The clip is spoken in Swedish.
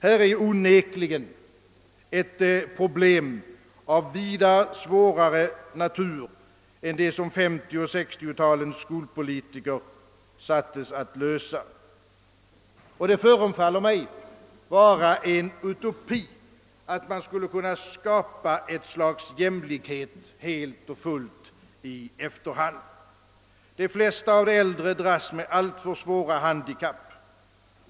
Här är onekligen ett problem av vida svårare natur än det som 1950 och 1960-talens skolpolitiker sattes att lösa. Det förefaller mig vara en utopi, att man skulle kunna skapa ett slags jämlikhet i efterhand. De flesta av de äldre dras med alltför svåra handikapp.